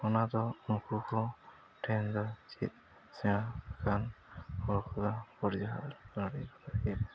ᱚᱱᱟ ᱫᱚ ᱩᱱᱠᱩ ᱠᱚ ᱴᱷᱮᱱ ᱫᱚ ᱪᱮᱫ ᱥᱮᱬᱟ ᱠᱟᱱ ᱦᱚᱲ ᱠᱚᱫᱚ ᱠᱩᱲᱤ ᱦᱚᱲ ᱟᱹᱛᱷᱟᱹᱲᱤᱭᱟᱹ ᱠᱚ ᱮᱜᱮᱨᱟ